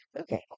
okay